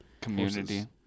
community